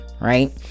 right